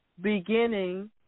beginning